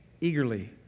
eagerly